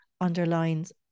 underlines